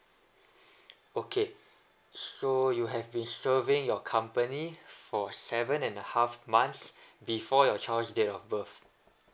okay so you have been serving your company for seven and a half months before your child's date of birth